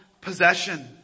possession